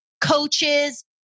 coaches